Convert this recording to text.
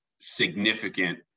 significant